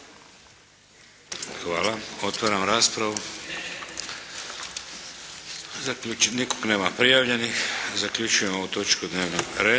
Hvala. Otvaram raspravu. Nema prijavljenih. Zaključujem ovu točku dnevnog reda.